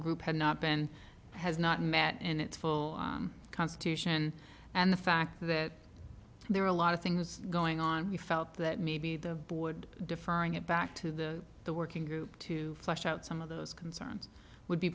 group had not been has not met in its full constitution and the fact that there are a lot of things going on we felt that maybe the board deferring it back to the the working group to flesh out some of those concerns would be